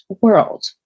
world